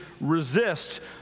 resist